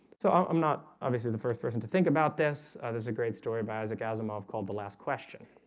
so i'm not obviously the first person to think about this. there's a great story about a zag asimov called the last question.